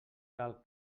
cal